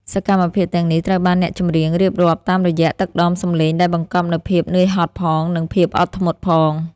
សកម្មភាពទាំងនេះត្រូវបានអ្នកចម្រៀងរៀបរាប់តាមរយៈទឹកដមសម្លេងដែលបង្កប់នូវភាពនឿយហត់ផង និងភាពអត់ធ្មត់ផង។